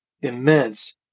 immense